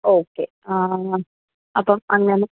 okay അപ്പം അങ്ങനെ